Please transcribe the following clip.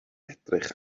edrych